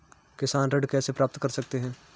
किसान ऋण कैसे प्राप्त कर सकते हैं?